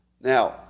Now